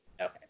Okay